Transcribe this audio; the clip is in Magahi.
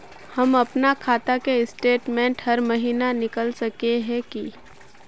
हम अपना खाता के स्टेटमेंट हर महीना निकल सके है की?